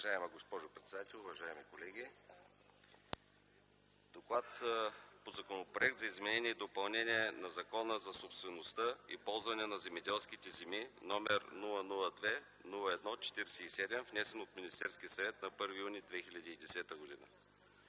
Уважаема госпожо председател, уважаеми колеги! „Д О К Л А Д по Законопроект за изменение и допълнение на Закона за собствеността и ползването на земеделските земи, № 002-01-47, внесен от Министерския съвет на 1 юни 2010 г.